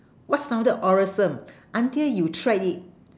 what sounded awesome until you tried it